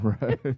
Right